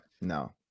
no